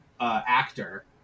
Actor